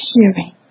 hearing